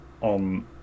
on